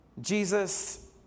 Jesus